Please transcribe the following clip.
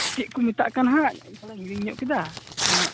ᱪᱮᱫ ᱠᱚ ᱢᱮᱛᱟᱜ ᱠᱟᱱᱟ ᱦᱟᱸᱜ ᱛᱷᱚᱲᱟᱧ ᱦᱤᱲᱤᱧ ᱧᱚᱜ ᱠᱮᱫᱟ ᱚᱱᱮ